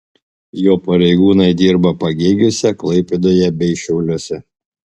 jo pareigūnai dirba pagėgiuose klaipėdoje bei šiauliuose